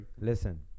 Listen